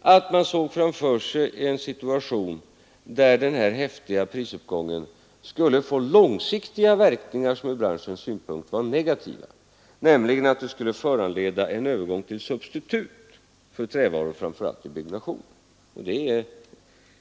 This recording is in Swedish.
att man såg framför sig en situation där den häftiga prisuppgången skulle få en långsiktig verkan som från branschens synpunkt var negativ, nämligen att den skulle föranleda en övergång till substitut för trävaror, särskilt i byggnation — och det